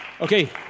Okay